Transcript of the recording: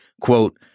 quote